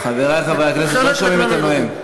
חברי חברי הכנסת, לא שומעים את הנואם.